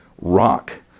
rock